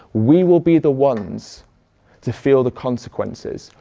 we will be the ones to feel the consequences.